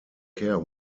care